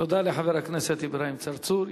תודה לחבר הכנסת אברהים צרצור.